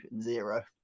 zero